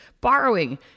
borrowing –